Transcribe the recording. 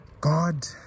God